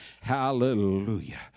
Hallelujah